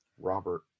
Robert